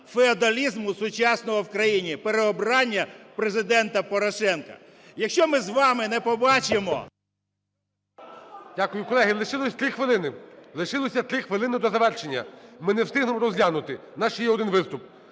феодалізму сучасного в країні – переобрання Президента Порошенка. Якщо ми з вами не побачимо... ГОЛОВУЮЧИЙ. Дякую. Колеги, лишилося 3 хвилини, лишилося 3 хвилини до завершення. Ми не встигнемо розглянути, в нас ще один виступ.